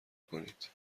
کنید